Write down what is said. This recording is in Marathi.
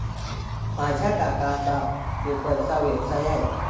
माझ्या काकांचा पेपरचा व्यवसाय आहे